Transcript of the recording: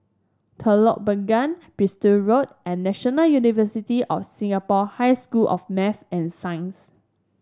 Telok Blangah Bristol Road and National University of Singapore High School of Math and Science